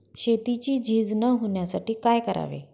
शेतीची झीज न होण्यासाठी काय करावे?